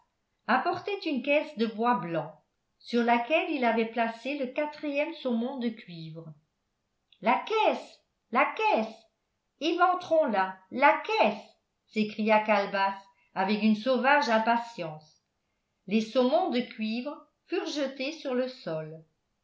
apportait une caisse de bois blanc sur laquelle il avait placé le quatrième saumon de cuivre la caisse la caisse éventrons la la caisse s'écria calebasse avec une sauvage impatience les saumons de cuivre furent jetés sur le sol